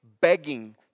begging